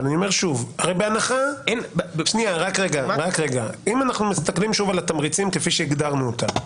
אבל בוא נסתכל שוב על התמריצים כפי שהגדרנו אותם.